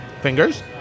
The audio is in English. Fingers